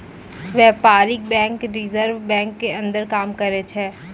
व्यपारीक bank reserve bank के अंदर काम करै छै